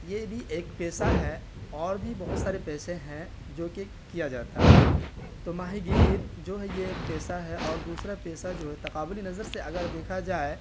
یہ بھی ایک پیشہ ہے اور بھی بہت سارے پیشہ ہیں جو کہ کیا جاتا ہے تو ماہی گیر جو ہے یہ ایک پیشہ ہے اور دوسرا پیشہ جو ہے تقابلی نظر سے اگر دیکھا جائے